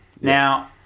Now